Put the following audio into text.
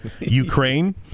Ukraine